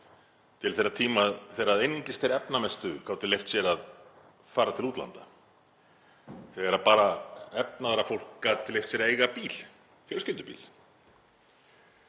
til þeirra tíma þegar einungis þeir efnamestu gátu leyft sér að fara til útlanda, þegar bara efnaðra fólk gat leyft sér að eiga bíl, fjölskyldubíl,